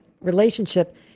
relationship